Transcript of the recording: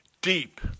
deep